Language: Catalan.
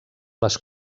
les